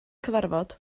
cyfarfod